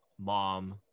mom